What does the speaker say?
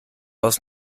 aus